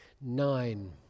nine